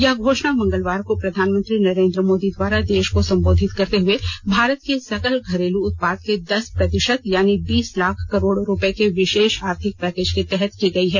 यह घोषणा मंगलवार को प्रधानमंत्री नरेन्द्र मोदी द्वारा देश को संबोधित करते हुए भारत के सकल घरेलू उत्पाद के दस प्रतिशत यानी बीस लाख करोड रुपये के विशेष आर्थिक पैकेज के तहत की गई है